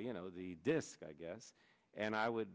you know the disk i guess and i would